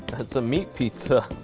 that's a meat pizza.